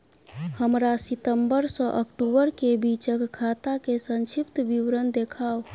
हमरा सितम्बर सँ अक्टूबर केँ बीचक खाता केँ संक्षिप्त विवरण देखाऊ?